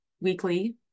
weekly